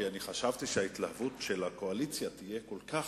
חשבתי שההתלהבות של הקואליציה תהיה כל כך,